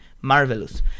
marvelous